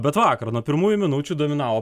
bet vakar nuo pirmųjų minučių dominavo